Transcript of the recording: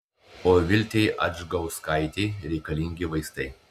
o viltei adžgauskaitei reikalingi vaistai